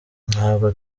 ntabwo